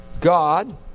God